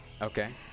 Okay